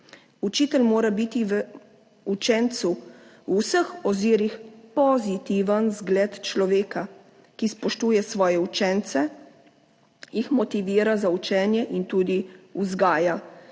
Učitelj mora biti v učencu v vseh ozirih pozitiven zgled človeka, ki spoštuje svoje učence, jih motivira za učenje in tudi vzgaja.